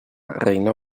reinó